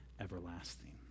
everlasting